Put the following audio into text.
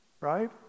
Right